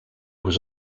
was